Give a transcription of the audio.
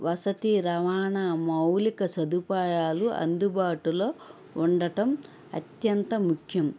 వసతి రవాణా మౌలిక సదుపాయాలు అందుబాటులో ఉండటం అత్యంత ముఖ్యం